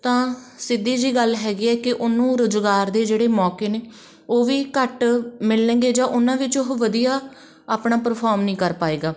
ਤਾਂ ਸਿੱਧੀ ਜਿਹੀ ਗੱਲ ਹੈਗੀ ਆ ਕਿ ਉਹਨੂੰ ਰੁਜ਼ਗਾਰ ਦੇ ਜਿਹੜੇ ਮੌਕੇ ਨੇ ਉਹ ਵੀ ਘੱਟ ਮਿਲਣਗੇ ਜਾਂ ਉਹਨਾਂ ਵਿੱਚੋਂ ਉਹ ਵਧੀਆ ਆਪਣਾ ਪਰਫੋਰਮ ਨਹੀਂ ਕਰ ਪਾਏਗਾ